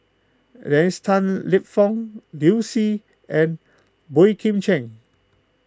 Dennis Tan Lip Fong Liu Si and Boey Kim Cheng